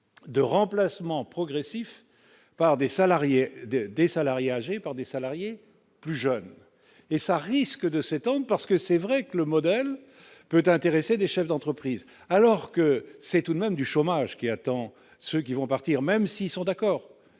de remplacement progressif par des salariés de des salariés âgés par des salariés plus jeunes, et ça risque de cet homme, parce que c'est vrai que le modèle peut intéresser des chefs d'entreprise alors que c'est tout de même du chômage qui attend ceux qui vont partir, même s'ils sont d'accord,